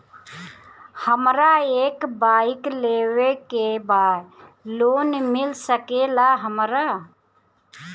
हमरा एक बाइक लेवे के बा लोन मिल सकेला हमरा?